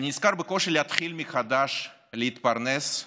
אני נזכר בקושי להתחיל מחדש, להתפרנס,